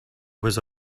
was